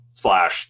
slash